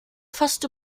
fast